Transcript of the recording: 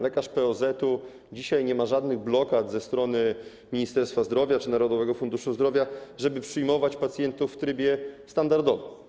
Lekarz POZ dzisiaj nie ma żadnych blokad ze strony Ministerstwa Zdrowia czy Narodowego Funduszu Zdrowia, żeby przyjmować pacjentów w trybie standardowym.